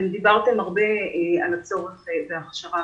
דיברתם הרבה על הצורך בהכשרה,